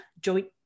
joint